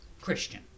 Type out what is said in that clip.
Christian